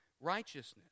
righteousness